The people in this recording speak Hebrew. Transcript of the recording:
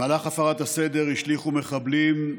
במהלך הפרת הסדר השליכו מחבלים,